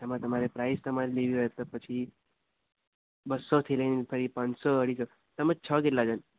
એમાં તમારે પ્રાઇસ તમારે લેવી હોય તો પછી બસોથી લઈને પછી પાંચસો વાળી છે તમે છો કેટલા જણ